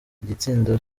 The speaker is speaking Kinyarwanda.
igitsindo